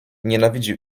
nienawidził